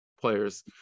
players